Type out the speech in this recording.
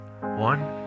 One